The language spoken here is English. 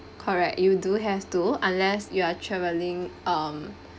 correct you do have to unless you are travelling um